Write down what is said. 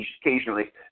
occasionally